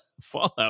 fallout